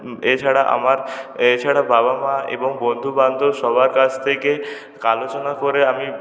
এছাড়া আমার এছাড়া বাবা মা এবং বন্ধুবান্ধব সবার কাছ থেকে আলোচনা করে আমি